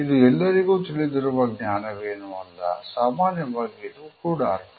ಇದು ಎಲ್ಲರಿಗೂ ತಿಳಿದಿರುವ ಜ್ಞಾನವೇನು ಅಲ್ಲ ಸಾಮಾನ್ಯವಾಗಿ ಇದು ಗೂಡಾರ್ಥ